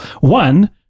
one